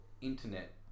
internet